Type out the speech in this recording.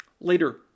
Later